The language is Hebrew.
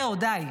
זהו, די.